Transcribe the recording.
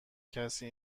کسی